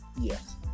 Yes